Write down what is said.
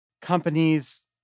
companies